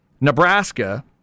Nebraska